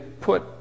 put